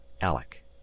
Alec